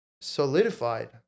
solidified